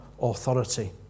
authority